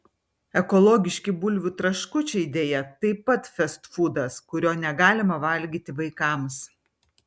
ekologiški bulvių traškučiai deja taip pat festfūdas kurio negalima valgyti vaikams